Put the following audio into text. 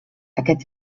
aquest